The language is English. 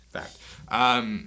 Fact